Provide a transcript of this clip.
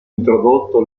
introdotto